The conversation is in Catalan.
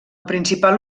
principal